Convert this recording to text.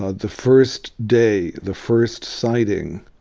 ah the first day, the first sighting,